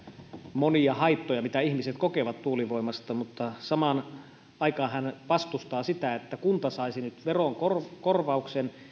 monia haittoja mitä ihmiset kokevat tuulivoimasta mutta samaan aikaan hän vastustaa sitä että kunta saisi nyt verokorvauksen